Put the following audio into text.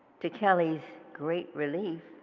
to kelly's great relief,